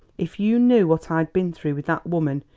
if you knew what i've been through with that woman!